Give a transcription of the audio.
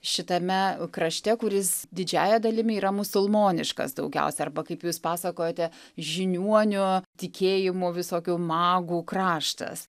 šitame krašte kuris didžiąja dalimi yra musulmoniškas daugiausiai arba kaip jūs pasakojote žiniuonio tikėjimų visokių magų kraštas